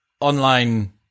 online